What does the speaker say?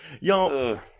y'all